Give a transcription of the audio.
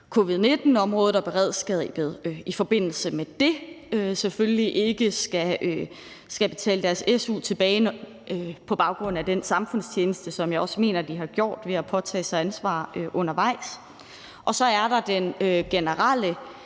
covid-19-området og i beredskabet i forbindelse med det, selvfølgelig ikke skal betale deres su tilbage på baggrund af den samfundstjeneste, som jeg også mener de har gjort ved at påtage sig ansvar undervejs. Og så er der den generelle